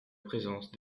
présence